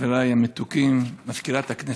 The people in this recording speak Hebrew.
חבריי המתוקים, מזכירת הכנסת,